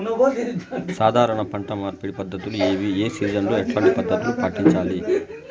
సాధారణ పంట మార్పిడి పద్ధతులు ఏవి? ఏ సీజన్ లో ఎట్లాంటి పద్ధతులు పాటించాలి?